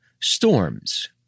Storms